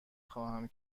خواهم